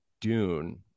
dune